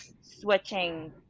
switching